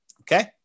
Okay